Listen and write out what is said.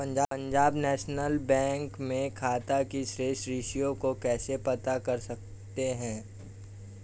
Punjab national bank में खाते की शेष राशि को कैसे पता कर सकते हैं?